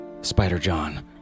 Spider-John